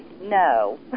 no